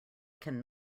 can